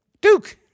Duke